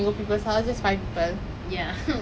ya very like pocky pocky